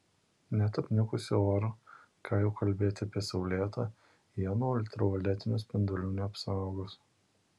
net apniukusiu oru ką jau kalbėti apie saulėtą jie nuo ultravioletinių spindulių neapsaugos